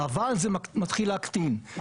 האבל מתחיל להקטין.